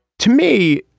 to me.